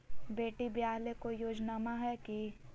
बेटी ब्याह ले कोई योजनमा हय की?